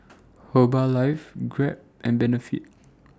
Herbalife Grab and Benefit